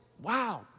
Wow